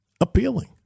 appealing